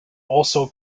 also